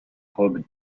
robe